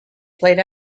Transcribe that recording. played